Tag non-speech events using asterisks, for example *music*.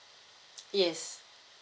*noise* yes